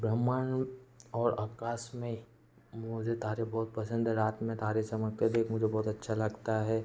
ब्रह्मांड और आकाश में मुझे तारे बहुत पसंद है रात में तारे संवरते देख मुझे बहुत अच्छा लगता है